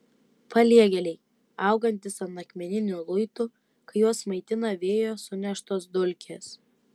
paliegėliai augantys ant akmeninių luitų kai juos maitina vėjo suneštos dulkės